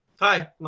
hi